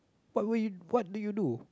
what will what do you do